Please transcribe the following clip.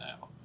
now